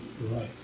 right